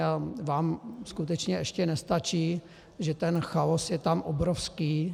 A vám skutečně ještě nestačí, že ten chaos je tam obrovský.